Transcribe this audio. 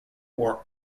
wore